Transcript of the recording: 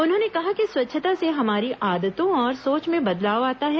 उन्होंने कहा कि स्वच्छता से हमारी आदतों और सोच में बदलाव आता है